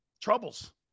Troubles